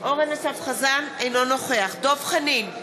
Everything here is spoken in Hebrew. אינו נוכח דב חנין,